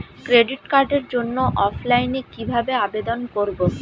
Credit কার্ডের জন্য অফলাইনে কিভাবে আবেদন করব?